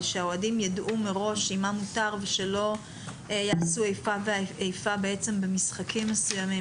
שהאוהדים ידעו מראש מה מותרף ושלא יעשו איפה ואיפה במשחקים מסוימים,